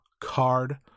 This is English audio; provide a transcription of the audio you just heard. card